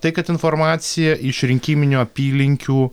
tai kad informacija iš rinkiminių apylinkių